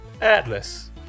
Atlas